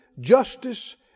justice